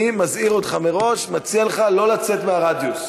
אני מזהיר אותך מראש, מציע לך לא לצאת מהרדיוס.